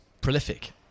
prolific